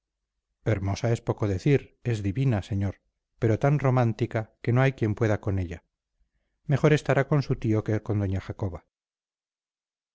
hermosa hermosa es poco decir es divina señor pero tan romántica que no hay quien pueda con ella mejor estará con su tío que con doña jacoba